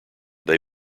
they